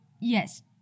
yes